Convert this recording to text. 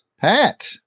Pat